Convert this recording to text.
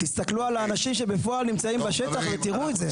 תסתכלו על האנשים שבפועל נמצאים בשטח ותראו את זה.